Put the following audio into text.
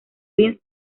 vince